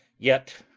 yet,